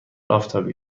آفتابی